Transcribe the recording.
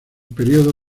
período